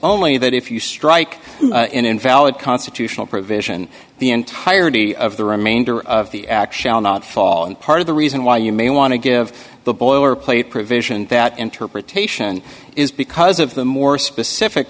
only that if you strike an invalid constitutional provision the entirety of the remainder of the actual not fall in part of the reason why you may want to give the boilerplate provision that interpretation is because of the more specific